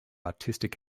artistic